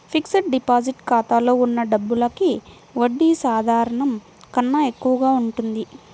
fixed deposit ఖాతాలో ఉన్న డబ్బులకి వడ్డీ సాధారణం కన్నా ఎక్కువగా ఉంటుంది